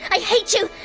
i hate you!